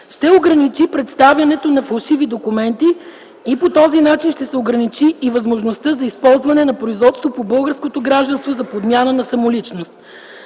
ще ограничи представянето на фалшиви документи и по този начин ще се ограничи и възможността за използване на производството по българското гражданство за подмяна на самоличност.